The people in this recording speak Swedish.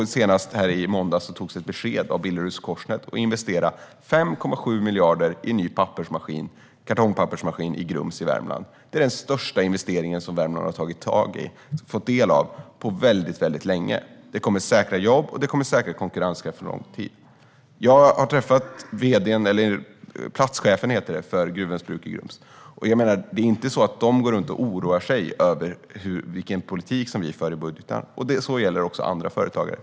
Senast i måndags fattades ett beslut av Billerud Korsnäs att investera 5,7 miljarder i en ny kartongpappersmaskin i Grums i Värmland. Det är den största investering som Värmland har fått del av på väldigt länge. Det kommer att säkra jobb, och det kommer att säkra konkurrenskraft under lång tid. Jag har träffat platschefen för Gruvöns bruk i Grums. Det är inte så att de går runt och oroar sig för vilken politik vi för i budgeten, och det gäller också andra företagare.